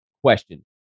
question